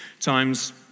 times